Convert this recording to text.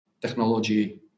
technology